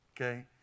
Okay